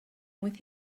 with